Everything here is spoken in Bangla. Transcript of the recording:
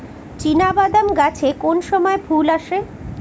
চিনাবাদাম গাছে কোন সময়ে ফুল আসে?